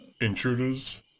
intruders